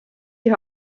die